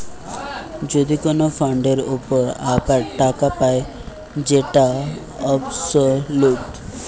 যদি কোন ফান্ডের উপর আবার টাকা পায় যেটা অবসোলুট